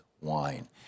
Wine